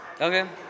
Okay